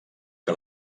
que